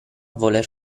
voler